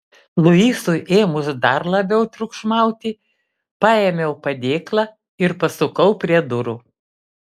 luisui ėmus dar labiau triukšmauti paėmiau padėklą ir pasukau prie durų